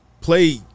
play